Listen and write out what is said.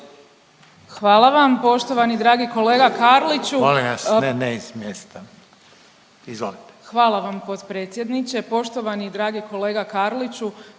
Hvala vam. Poštovani dragi kolega Karliću.